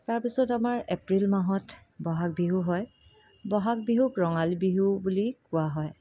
তাৰপিছত আমাৰ এপ্ৰিল মাহত বহাগ বিহু হয় বহাগ বিহুক ৰঙালী বিহু বুলি কোৱা হয়